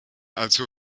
also